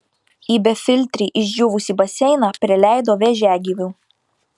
į befiltrį išdžiūvusį baseiną prileido vėžiagyvių